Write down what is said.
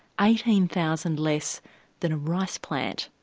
eighteen thousand less than a rice plant.